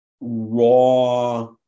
raw